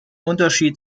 unterschied